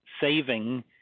Saving